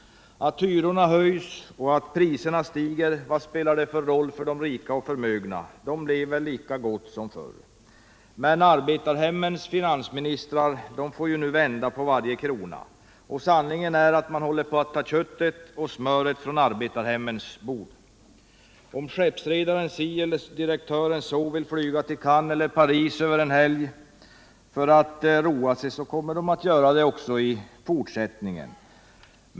Att hyrorna höjs och att priserna stiger — vad spelar det för roll för de rika och förmögna? De lever lika gott som förr. Men arbetarhemmens finansministrar får nu vända på varje krona. Sanningen är att man håller på att ta köttet och smöret från arbetarhemmens bord. Om skeppsredaren si eller direktören så vill flyga till Cannes eller Paris över en helg för att roa sig, så kommer de att göra det också i fortsättningen.